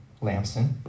Lamson